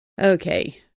okay